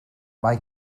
mae